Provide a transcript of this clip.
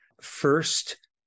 First